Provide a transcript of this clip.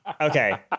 Okay